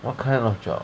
what kind of job